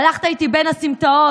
הלכת איתי בין הסמטאות,